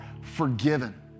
forgiven